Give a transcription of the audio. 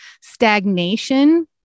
stagnation